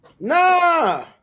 Nah